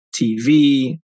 TV